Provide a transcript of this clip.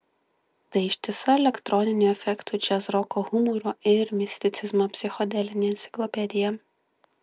tai ištisa elektroninių efektų džiazroko humoro ir misticizmo psichodelinė enciklopedija